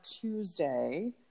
Tuesday